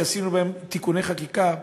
שעשינו בהם תיקוני חקיקה,